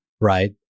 right